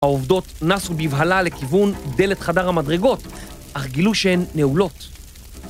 העובדות נסו בבהלה לכיוון דלת חדר המדרגות, אך גילו שהן נעולות.